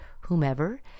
whomever